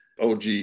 OG